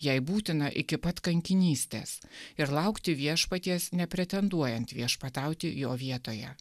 jei būtina iki pat kankinystės ir laukti viešpaties nepretenduojant viešpatauti jo vietoje